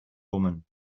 woman